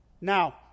Now